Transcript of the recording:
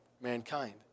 mankind